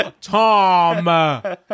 Tom